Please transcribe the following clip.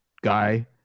guy